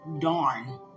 darn